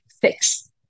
fix